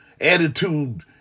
attitude